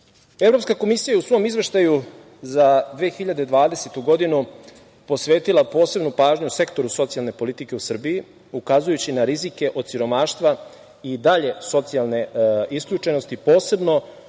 rad. Evropska komisija je u svom izveštaju za 2020. godinu posvetila posebnu pažnju sektoru socijalne politike u Srbiji, ukazujući na rizike od siromaštva i dalje socijalne isključenosti, posebno